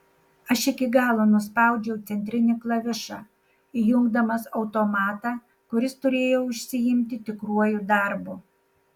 aš iki galo nuspaudžiau centrinį klavišą įjungdamas automatą kuris turėjo užsiimti tikruoju darbu